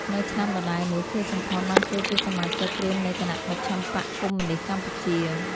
នៅឆ្នាំដដែលនោះ ខៀវ សំផន បានចូលជាសមាជិកត្រៀមនៃគណៈមជ្ឈិមបក្សកុម្មុយនីស្តកម្ពុជា។